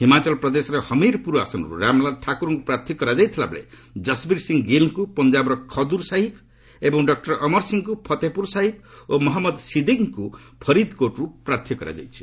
ହିମାଚଳ ପ୍ରଦେଶର ହମିରପୁର ଆସନରୁ ରାମଲାଲ ଠାକୁରଙ୍କୁ ପ୍ରାର୍ଥୀ କରାଯାଇଥିବାବେଳେ ଯଶବିର୍ ସିଂହ ଗିଲ୍ଙ୍କୁ ପଞ୍ଜାବର ଖଦୁର ସାହିବ୍ ଏବଂ ଡକ୍କର ଅମର ସିଂହଙ୍କୁ ଫତେପୁର ସାହିବ୍ ଓ ମହମ୍ମଦ୍ ସିଦ୍ଦିକ୍ଙ୍କୁ ଫରିଦ୍କୋଟ୍ରୁ ପ୍ରାର୍ଥୀ କରାଯାଇଛି